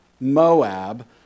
Moab